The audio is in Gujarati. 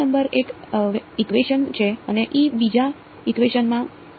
નંબર એક ઇકવેશન છે અને બીજા ઇકવેશન માં છે